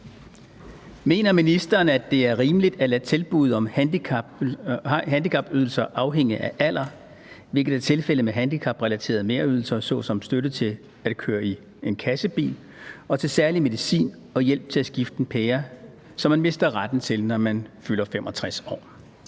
Mener ministeren, at det er rimeligt at lade tilbuddet om handicapydelser afhænge af alder, hvilket er tilfældet med handicaprelaterede merydelser såsom støtte til at køre i en kassebil og til særlig medicin og hjælp til at skifte en pære, som man mister retten til, når man fylder 65 år?